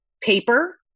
paper